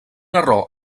error